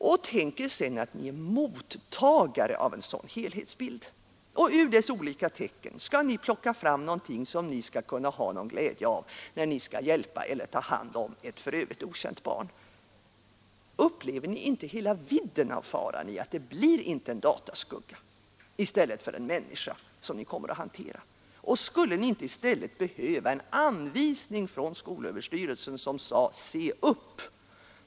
Och tänk er sedan att ni är mottagare av en sådan helhetsbild, och ur dess olika tecken skall ni plocka fram någonting som ni skall kunna ha glädje av när ni skall hjälpa eller ta hand om ett för övrigt okänt barn! Upplever ni inte hela vidden av faran i att det blir en dataskugga i stället för en människa, som ni kommer att hantera? Och skulle ni inte i stället behöva en anvisning från skolöverstyrelsen, där det sades: Se upp!